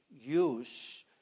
use